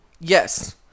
Yes